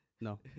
No